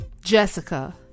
Jessica